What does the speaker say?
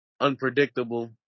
unpredictable